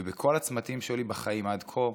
ובכל הצמתים שהיו בחיים עד כה,